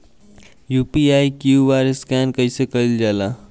UPI QR scan कइसे कईल जा ला?